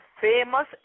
famous